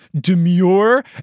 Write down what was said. demure